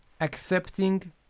accepting